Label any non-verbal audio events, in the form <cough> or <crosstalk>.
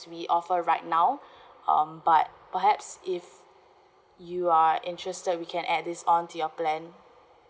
we offer right now <breath> um but perhaps if you are interested we can add this on to your plan